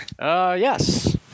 yes